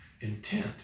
intent